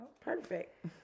Perfect